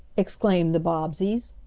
exclaimed the bobbseys.